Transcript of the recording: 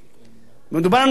מדובר על אנשים עובדים,